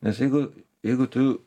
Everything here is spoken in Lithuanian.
nes jeigu jeigu tu